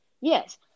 Yes